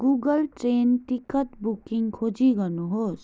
Google train ticket booking खोजी गर्नुहोस्